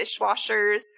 dishwashers